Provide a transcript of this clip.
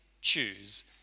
choose